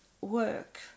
work